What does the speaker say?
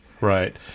right